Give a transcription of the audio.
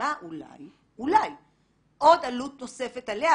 מקימה אולי עוד עלות תוספת עליה,